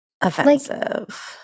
offensive